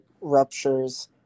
ruptures